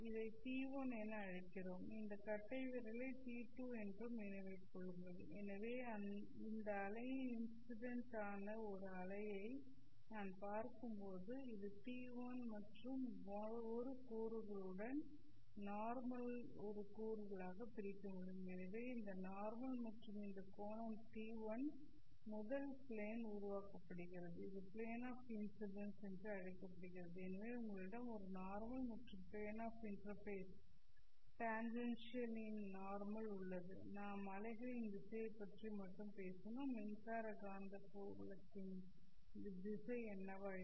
இதை t1 என அழைக்கிறோம் இந்த கட்டைவிரலை t2 என்றும் நினைவில் கொள்ளுங்கள் எனவே இந்த அலையில் இன்சிடென்ட் ஆன ஒரு அலையை நான் பார்க்கும்போது இதை t1 மற்றும் 1 கூறுகளுடன் நார்மல் ஒரு கூறுகளாக பிரிக்க முடியும் எனவே இந்த நார்மல் மற்றும் இந்த கோணம் t1 1 பிளேன் உருவாக்கப்படுகிறது இது பிளேன் ஆஃ இன்ஸிடென்ஸ் என்று அழைக்கப்படுகிறது எனவே உங்களிடம் ஒரு நார்மல் மற்றும் பிளேன் ஆஃ இன்டெர்ஃபேஸ் டேன்ஜென்ஷியல் ன் நார்மல் உள்ளது நாம் அலைகளின் திசையைப் பற்றி மட்டுமே பேசினோம் மின்சார காந்தப்புலங்களின் திசை என்னவாயிற்று